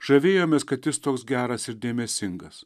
žavėjomės kad jis toks geras ir dėmesingas